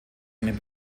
einen